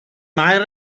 mair